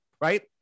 right